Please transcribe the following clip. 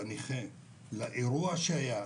את הנכה לאירוע שהיה,